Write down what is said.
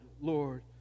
Lord